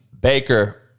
Baker